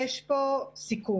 יש פה סיכון,